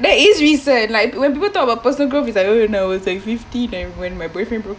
that is recent like when people talk about personal growth it's like uh when I was like fifteen and when my boyfriend broke up